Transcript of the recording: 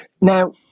Now